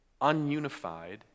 ununified